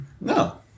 No